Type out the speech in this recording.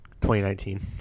2019